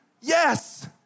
Yes